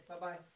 bye-bye